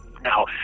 now